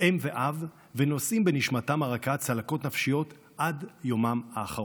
אם ואב ונושאים בנשמתם הרכה צלקות נפשיות עד יומם האחרון.